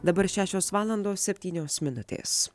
dabar šešios valandos septynios minutės